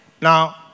Now